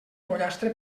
pollastre